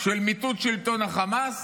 מיטוט שלטון החמאס